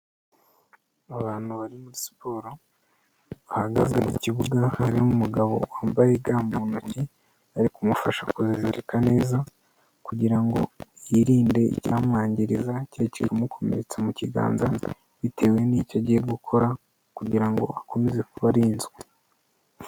Bahagaze mu kibuga biy